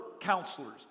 counselors